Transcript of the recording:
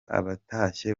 abatashye